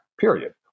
period